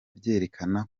byerekana